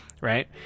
right